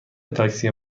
تاکسی